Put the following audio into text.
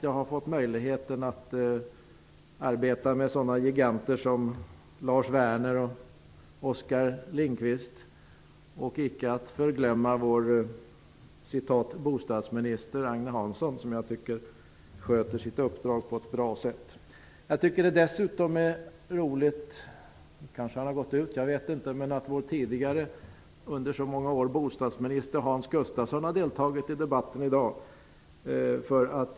Jag har fått möjligheten att arbeta med sådana giganter som Lars Werner och Oskar Lindkvist samt inte att förglömma vår ''bostadsminister'' Agne Hansson. Jag tycker att han sköter sitt uppdrag på ett bra sätt. Dessutom är det roligt att vår tidigare bostadsminister under så många år Hans Gustafsson har deltagit i debatten i dag.